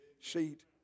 seat